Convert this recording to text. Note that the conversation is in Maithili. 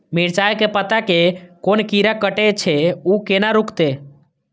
मिरचाय के पत्ता के कोन कीरा कटे छे ऊ केना रुकते?